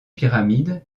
pyramide